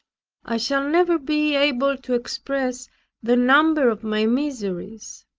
i shall never be able to express the number of my miseries.